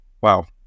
Wow